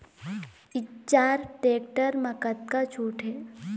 Eicher tractor म कतका छूट हे?